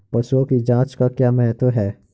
पशुओं की जांच का क्या महत्व है?